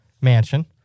mansion